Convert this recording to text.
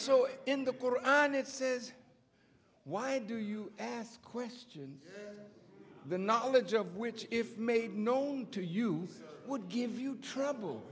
so in the koran it says why do you ask questions the knowledge of which if made known to you would give you tr